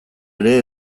ere